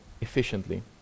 efficiently